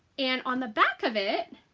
and on the back of it